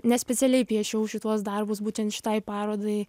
nespecialiai piešiau šituos darbus būtent šitai parodai